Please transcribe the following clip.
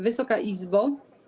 Wysoka Izbo!